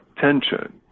tension